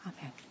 Amen